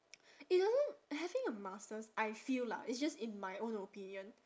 it doesn't having a master's I feel lah it's just in my own opinion